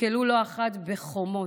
נתקל לא אחת בחומות,